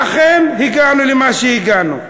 ואכן, הגענו למה שהגענו.